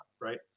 right